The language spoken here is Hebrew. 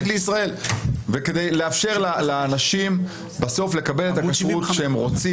כדי לאפשר לאנשים לקבל את הכשרות שהם רוצים